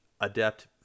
adept